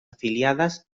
afiliadas